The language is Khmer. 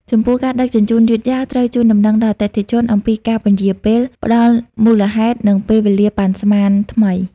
ចំពោះការដឹកជញ្ជូនយឺតយ៉ាវ ត្រូវជូនដំណឹងដល់អតិថិជនអំពីការពន្យារពេល ផ្តល់មូលហេតុ និងពេលវេលាប៉ាន់ស្មានថ្មី។